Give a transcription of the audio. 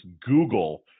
Google